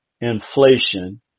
inflation